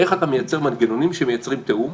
איך אתה מייצר מנגנונים שמייצרים תיאום?